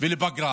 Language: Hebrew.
מה